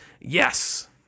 Yes